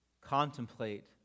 contemplate